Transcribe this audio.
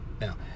Now